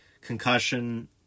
concussion